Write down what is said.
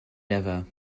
lever